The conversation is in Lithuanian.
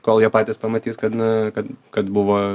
kol jie patys pamatys kad na kad kad buvo